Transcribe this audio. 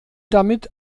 damit